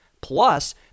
Plus